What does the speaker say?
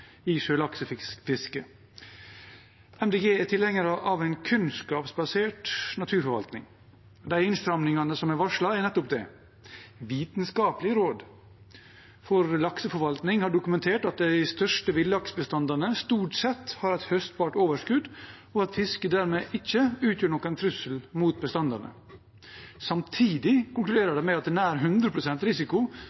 i sjølaksefisket. Miljøpartiet De Grønne er tilhenger av en kunnskapsbasert naturforvaltning. De innstrammingene som er varslet, er nettopp det. Vitenskapelig råd for lakseforvaltning har dokumentert at de største villaksbestandene stort sett har hatt høstbart overskudd, og at fiske dermed ikke utgjør noen trussel mot bestandene. Samtidig konkluderer